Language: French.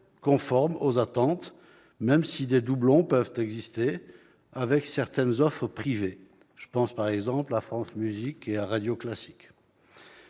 conformes aux attentes, même si des doublons peuvent exister avec certaines offres privées, ainsi entre France Musique et Radio Classique.